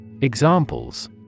Examples